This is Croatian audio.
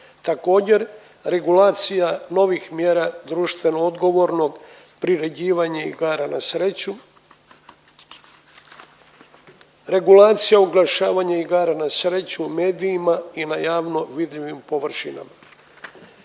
Također regulacija novih mjera društveno odgovornog priređivanja igara na sreću, regulacija oglašavanja igara na sreću u medijima i na javno vidljivim površinama.